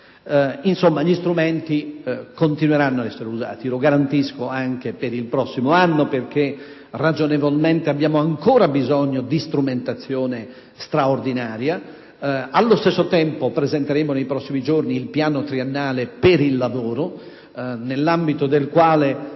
insomma, continueranno ad essere usati - lo garantisco - anche per il prossimo anno, perché ragionevolmente abbiamo ancora bisogno di strumentazione straordinaria. Allo stesso tempo, presenteremo nei prossimi giorni il piano triennale per il lavoro, nell'ambito del quale